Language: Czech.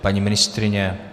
Paní ministryně?